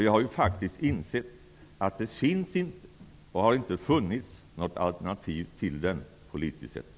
Jag har faktiskt insett att det inte finns, och inte har funnits, något alternativ till regeringen, politiskt sett.